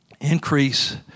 increase